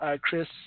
Chris